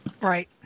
Right